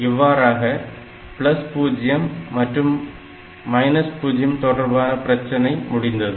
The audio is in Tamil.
இவ்வாறாக 0 மற்றும் 0 தொடர்பான பிரச்சனை முடிந்தது